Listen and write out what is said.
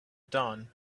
dawn